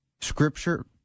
Scripture